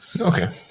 Okay